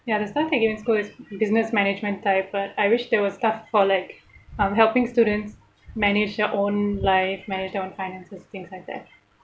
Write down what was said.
ya the stuff they give in school is business management type but I wish there was stuff for like um helping students manage your own life manage their own finances things like that